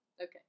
Okay